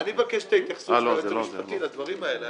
אני אבקש את התייחסות היועץ המשפטי לדברים האלה,